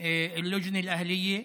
אל-לג'נה אל-אהלייה,